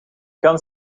kan